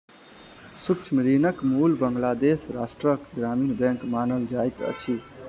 सूक्ष्म ऋणक मूल बांग्लादेश राष्ट्रक ग्रामीण बैंक मानल जाइत अछि